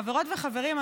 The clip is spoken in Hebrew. חברות וחברים,